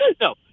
No